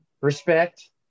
Respect